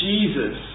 Jesus